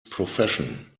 profession